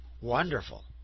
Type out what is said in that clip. wonderful